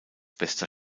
bester